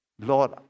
Lord